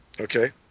Okay